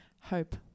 hope